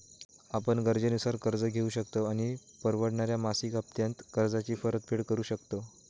आपण गरजेनुसार कर्ज घेउ शकतव आणि परवडणाऱ्या मासिक हप्त्त्यांत कर्जाची परतफेड करु शकतव